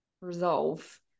resolve